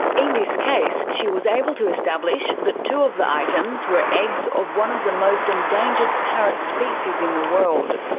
in this case, she was able to establish that two of the items were eggs of one of the most endangered parrot species in the world.